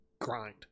grind